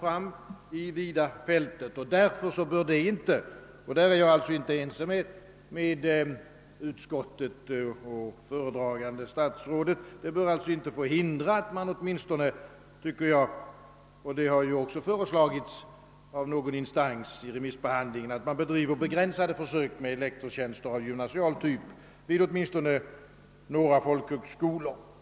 Utredningen bör därför inte — på denna punkt är jag inte ense med utskottet och föredragande statsrådet — få hindra, att man åt minstone, vilket också föreslagits i någon instans vid remissbehandlingen, bedriver begränsade försök med lektorstjänster av gymnasial typ vid några folkhögskolor.